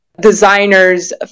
designers